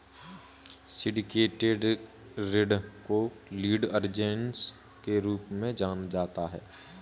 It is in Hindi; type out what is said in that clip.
सिंडिकेटेड ऋण को लीड अरेंजर्स के रूप में जाना जाता है